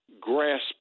grasp